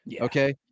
okay